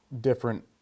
different